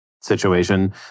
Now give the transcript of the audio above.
situation